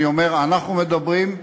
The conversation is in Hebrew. אני אומר אנחנו מדברים,